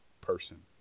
person